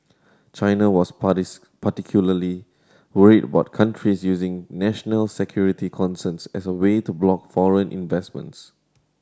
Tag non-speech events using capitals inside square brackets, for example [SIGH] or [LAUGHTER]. China was [UNINTELLIGIBLE] particularly worried about countries using national security concerns as a way to block foreign investments